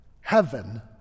Heaven